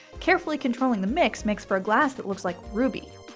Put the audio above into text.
carefully controlling the mix makes for a glass that looks like ruby.